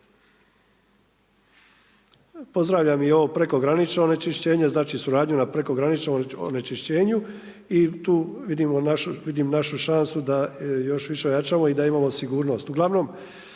Pozdravljam i ovo prekogranično onečišćenje, znači suradnju na prekograničnom nečišćenu. I tu vidim našu šansu da još više ojačamo i da imamo sigurnost.